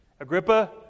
Agrippa